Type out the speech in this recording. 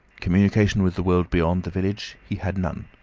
communication with the world beyond the village he had none.